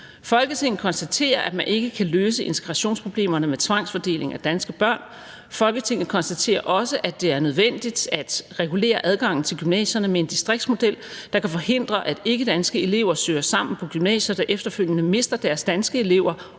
Folketinget konstaterer, at man ikke kan løse integrationsproblemerne med tvangsfordeling af danske børn. Folketinget konstaterer også, det er nødvendigt at regulere adgangen til gymnasierne med en distriktsmodel, der kan forhindre, at ikkedanske elever søger sammen på gymnasier, der efterfølgende mister deres danske elever